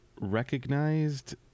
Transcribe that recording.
Recognized